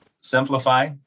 simplify